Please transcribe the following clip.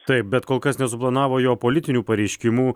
taip bet kol kas nesuplanavo jo politinių pareiškimų